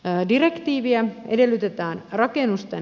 direktiivissä siis edellytetään rakennusten